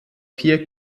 vier